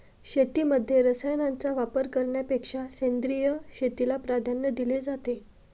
शेतीमध्ये रसायनांचा वापर करण्यापेक्षा सेंद्रिय शेतीला प्राधान्य दिले जाते